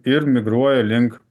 ir migruoja link